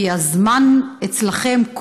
כי הזמן אצלכם,